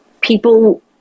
people